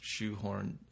shoehorned